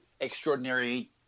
extraordinary